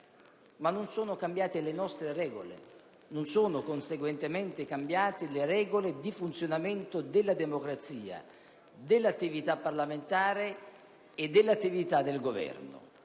Non sono cambiate, però, le nostre regole e non sono conseguentemente cambiate le regole di funzionamento della democrazia, dell'attività parlamentare e dell'attività del Governo: